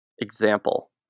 Example